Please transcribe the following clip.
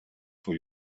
for